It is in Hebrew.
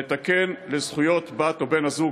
לתקן את הזכויות בת-הזוג או בן-הזוג